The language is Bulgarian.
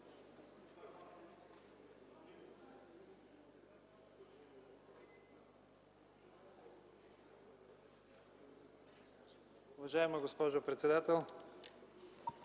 Уважаема госпожо председател,